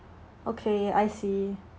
okay I see